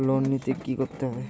Loan নিতে কী করতে হবে?